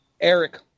Eric